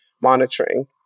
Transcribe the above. monitoring